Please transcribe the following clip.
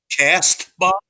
Castbox